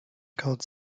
called